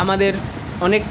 আমাদের অনেক